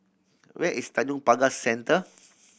where is Tanjong Pagar Centre